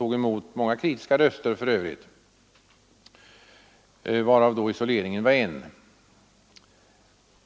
Åtskilliga saker kritiserades, varav isoleringen var en.